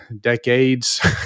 decades